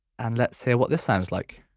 and let's hear what this sounds like.